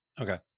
okay